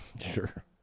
Sure